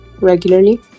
regularly